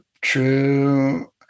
true